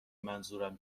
منظورم